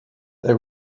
they